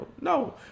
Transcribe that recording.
No